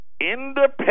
independent